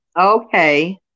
Okay